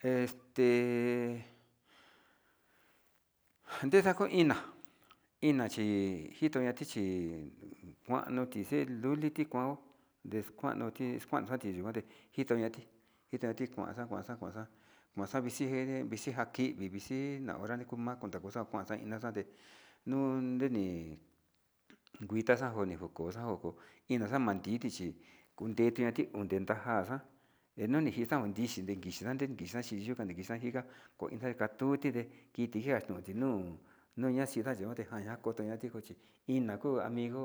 Este njan ndeka kuu ina, ina chi njito ña'a tichi kuano ixe luli tii njuan no ndexkuanoti ndekuan tikuan ndejionati njitati kuanxa kuanxa xavixi vixinja kiviti na'a hora nii kuu va'u kuu va'o, kuxa kuan kuxanate nundeni titaxa kueni ko'o koxao ini xan manditi chi unde tuñati unde ndeja inuni xan kii chidejinxa ndejinxan iyuka nikexinga koo inka xanuti nde kitinjan kuti nuu nuna xhinda njañute njada kote nta tuu chi iin ina kuu amigo